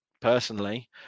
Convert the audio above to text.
personally